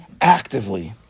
actively